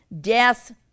death